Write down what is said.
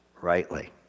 rightly